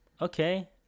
okay